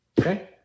okay